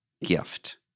gift